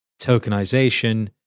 tokenization